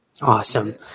awesome